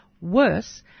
Worse